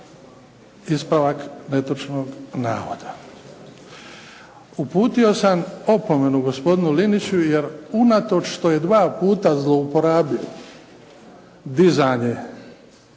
ispravak netočnog navoda. Uputio sam opomenu gospodinu Liniću, jer unatoč što je dva puta zlouporabio dizanje